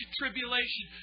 tribulation